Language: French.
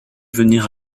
venir